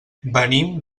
venim